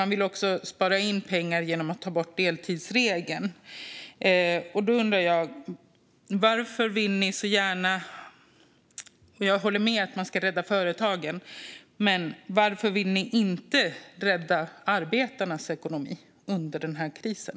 Ni vill också spara in pengar genom att ta bort deltidsregeln. Jag håller med om att man ska rädda företagen, men varför vill ni inte rädda arbetarnas ekonomi under den här krisen?